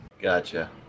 Gotcha